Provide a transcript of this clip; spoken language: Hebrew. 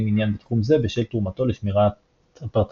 עניין בתחום זה בשל תרומתו לשמירת הפרטיות.